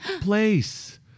place